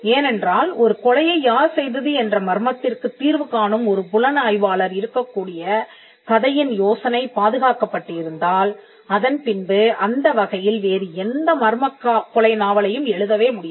ஏனென்றால் ஒரு கொலையை யார் செய்தது என்ற மர்மத்திற்குத் தீர்வு காணும் ஒரு புலனாய்வாளர் இருக்கக்கூடிய கதையின் யோசனை பாதுகாக்கப்பட்டு இருந்தால் அதன் பின்பு அந்த வகையில் வேறு எந்த மர்மக் கொலை நாவலையும் எழுதவே முடியாது